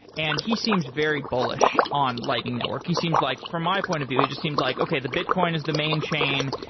and he seems very bullish on lighting network. he seems like from my point of view, he just seemed like, okay. the bitcoin is the main chain,